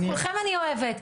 את כולכם אני אוהבת,